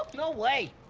no way.